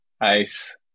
ice